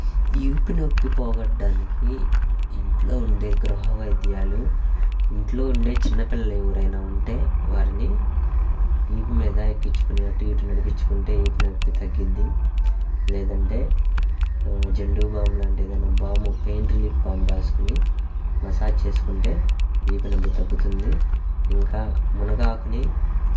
వీపునొప్పి పోగొట్టడానికి ఇంట్లో ఉండే గృహవైద్యాలు ఇంట్లో ఉండే చిన్నపిల్లలు ఎవరన్నా ఉంటే వారిని వీపు మీద ఎక్కించుకుని అటు ఇటు నడిపించుకుంటే వీపునొప్పి తగ్గుద్ది లేదంటే జండూ బామ్ లాంటి ఏదన్నా బాము పెయిన్ రిలీఫ్ బాము రాసుకుని మసాజ్ చేసుకుంటే వీపునొప్పి తగ్గుతుంది ఇంకా మునగాకుని